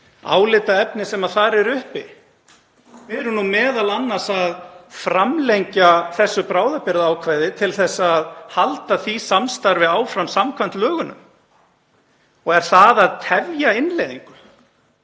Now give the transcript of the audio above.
álitaefnum sem þar eru uppi. Við erum m.a. að framlengja þetta bráðabirgðaákvæði til þess að halda því samstarfi áfram samkvæmt lögunum. Er það að tefja innleiðingu?